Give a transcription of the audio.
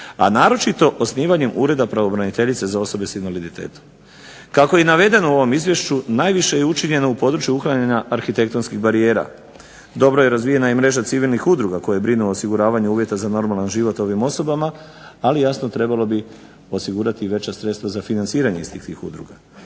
a naročito osnivanjem Ureda pravobraniteljice za osobe s invaliditetom. Kako je i navedeno u ovom izvješću, najviše je učinjeno u području uklanjanja arhitektonskih barijera. Dobro je razvijena i mreža civilnih udruga koje brinu o osiguravanju uvjeta za normalan život ovim osobama, ali jasno trebalo bi osigurati veća sredstva za financiranje istih tih udruga.